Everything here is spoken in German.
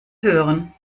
hören